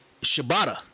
Shibata